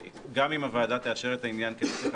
שגם אם הוועדה תאשר את העניין כנושא חדש,